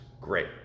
great